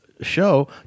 show